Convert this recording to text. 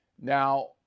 Now